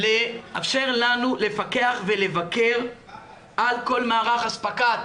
לאפשר לנו לפקח ולבקר על כל מערך הספקת